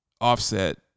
Offset